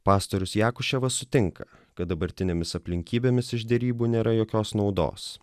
pastorius jakuševas sutinka kad dabartinėmis aplinkybėmis iš derybų nėra jokios naudos